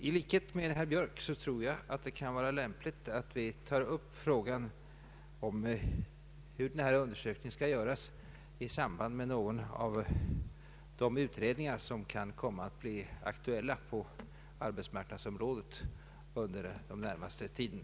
I likhet med herr Björk tror jag att det kan vara lämpligt att vi tar upp frågan, hur denna undersökning skall göras, i samband med någon av de utredningar som kan komma att bli aktuella på arbetsmarknadsområdet under den närmaste tiden.